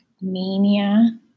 mania